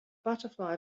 butterfly